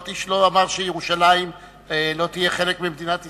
איש לא אמר שירושלים לא תהיה חלק ממדינת ישראל.